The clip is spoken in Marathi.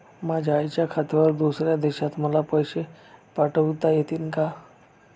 माझ्या आईच्या खात्यावर दुसऱ्या देशात मला पैसे पाठविता येतील का?